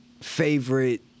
Favorite